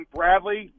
Bradley